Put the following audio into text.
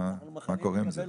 מה קורה עם זה?